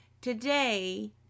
today